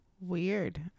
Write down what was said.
weird